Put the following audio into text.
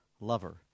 lover